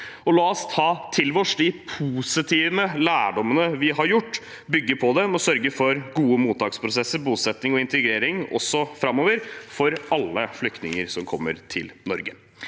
La oss ta til oss de positive lærdommene vi har gjort oss, bygge på dem og sørge for gode mottaksprosesser, bosetting og integrering også framover for alle flyktninger som kommer til Norge.